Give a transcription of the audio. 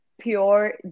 pure